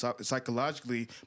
psychologically